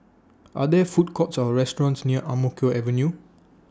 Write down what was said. Are There Food Courts Or restaurants near Ang Mo Kio Avenue